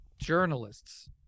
journalists